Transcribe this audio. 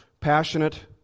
passionate